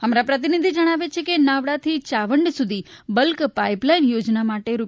અમારા પ્રતિનિધી જણાવે છે કે નાવડાથી યાવંડ સુધી બલ્ક પાઇપલાઇન યોજના માટે રૂ